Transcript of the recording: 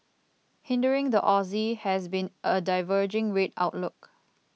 hindering the Aussie has been a diverging rate outlook